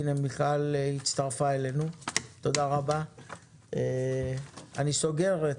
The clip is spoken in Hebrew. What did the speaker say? תודה רבה, הישיבה נעולה.